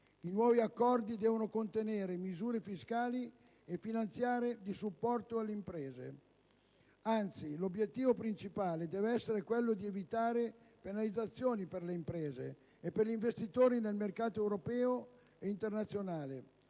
I nuovi accordi devono contenere misure fiscali e finanziarie di supporto alle imprese. Anzi, l'obiettivo principale deve essere quello di evitare penalizzazioni per le imprese e per gli investitori nel mercato europeo e internazionale,